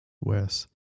Wes